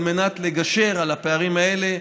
על מנת לגשר על הפערים האלה,